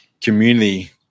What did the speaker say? community